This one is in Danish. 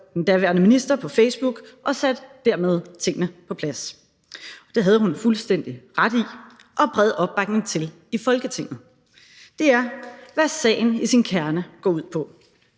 den daværende minister på Facebook og satte dermed tingene på plads. Det havde hun fuldstændig ret i og bred opbakning til i Folketinget. Det er, hvad sagen i sin kerne går ud på.